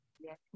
yes